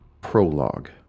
Prologue